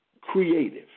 creative